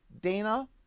Dana